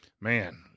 man